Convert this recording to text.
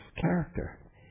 character